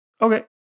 Okay